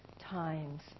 times